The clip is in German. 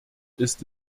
ist